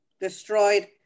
destroyed